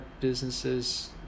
businesses